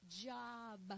Job